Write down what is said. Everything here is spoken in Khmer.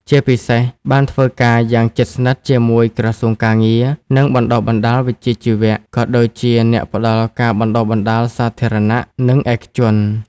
ជាពិសេស បានធ្វើការយ៉ាងជិតស្និទ្ធជាមួយក្រសួងការងារ និងបណ្តុះបណ្តាលវិជ្ជាជីវៈ ក៏ដូចជាអ្នកផ្តល់ការបណ្តុះបណ្តាលសាធារណៈ និងឯកជន។